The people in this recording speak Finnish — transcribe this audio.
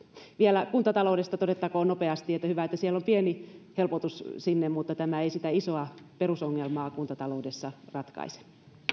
vielä kuntataloudesta todettakoon nopeasti että hyvä että siellä on pieni helpotus sinne mutta tämä ei sitä isoa perusongelmaa kuntataloudessa ratkaise